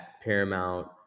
paramount